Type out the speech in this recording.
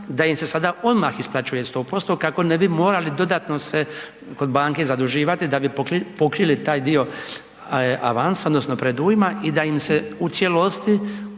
da im se sada odmah isplaćuje 100% kako ne bi morali dodatno se kod banke zaduživati da bi pokrili taj dio avansa odnosno predujma i da im se u cijelosti